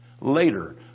later